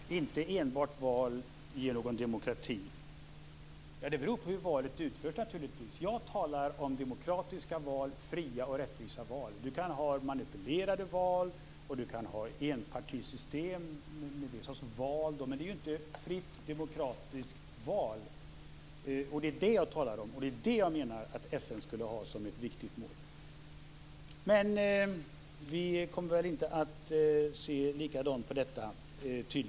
Fru talman! Inte enbart val ger demokrati. Det beror naturligtvis på hur valet genomförs. Jag talar om demokratiska, fria och rättvisa val. Det kan finnas manipulerade val, och det kan finnas enpartisystem med val. Det är inte fråga om ett fritt, demokratiskt val. Jag menar att FN skall ha det som ett viktigt mål. Vi kommer inte att se likadant på denna fråga.